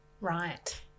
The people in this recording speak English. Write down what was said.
right